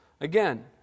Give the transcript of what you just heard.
Again